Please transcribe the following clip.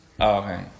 Okay